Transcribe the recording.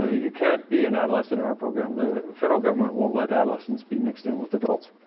ah you can't be an adolescent in our program. the federal government won't let adolescents be mixed in with adults.